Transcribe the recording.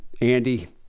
Andy